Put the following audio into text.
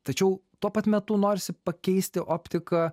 tačiau tuo pat metu norisi pakeisti optiką